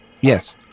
Yes